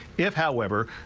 if however,